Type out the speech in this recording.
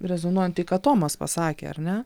rezonuojant tai ką tomas pasakė ar ne